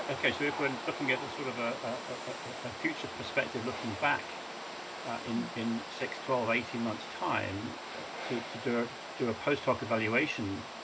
okay, so if we're looking at sort of a a future perspective, looking back and in six, twelve, eighteen months' time to to do a post hoc evaluation